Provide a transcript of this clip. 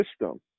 system